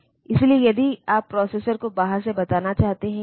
तो आप कुछ सिंबॉलिक कोड का उपयोग करके ऐसा कर सकते हैं